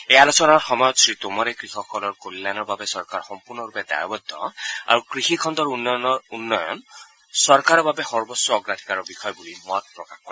এই আলোচনাৰ সময়ত শ্ৰীটোমৰে কৃষকসকলৰ কল্যাণৰ বাবে চৰকাৰ সম্পূৰ্ণৰূপে দায়বদ্ধ আৰু কৃষিখণ্ডৰ উন্নয়ন চৰকাৰৰ বাবে সৰ্বোচ্চ অগ্ৰাধিকাৰৰ বিষয় বুলি মত প্ৰকাশ কৰে